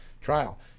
trial